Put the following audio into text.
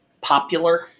popular